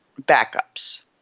backups